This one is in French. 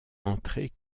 entrées